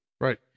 Right